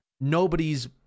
nobody's